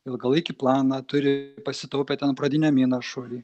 ilgalaikį planą turi pasitaupę ten pradiniam įnašui